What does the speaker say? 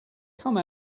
come